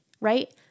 right